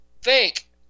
fake